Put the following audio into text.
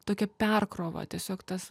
tokia perkrova tiesiog tas